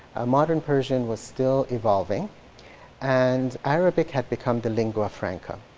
modern persian was still evolving and arabic had become the lingua franca.